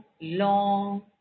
long